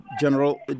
General